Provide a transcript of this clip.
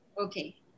okay